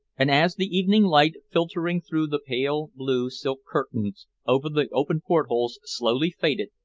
and as the evening light filtering through the pale blue silk curtains over the open port-holes slowly faded,